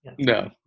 No